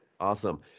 Awesome